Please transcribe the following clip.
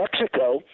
Mexico